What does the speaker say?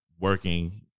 Working